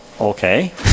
Okay